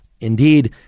indeed